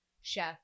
chef